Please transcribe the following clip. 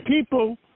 people